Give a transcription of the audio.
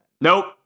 nope